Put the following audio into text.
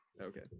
Okay